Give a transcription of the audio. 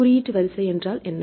எனவே குறியீட்டு வரிசை என்ன